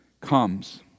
comes